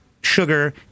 sugar